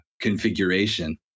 configuration